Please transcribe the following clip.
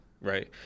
right